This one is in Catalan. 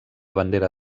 bandera